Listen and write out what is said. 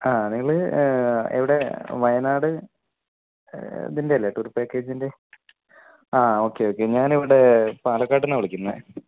ആ നിങ്ങൾ എവിടെ വയനാട് ഇതിന്റെയല്ലേ ടൂർ പാക്കേജ്ൻ്റെ ആ ഓക്കെ ഓക്കെ ഞാനിവിടെ പാലക്കാട്ടുനിന്നാണ് വിളിക്കുന്നത്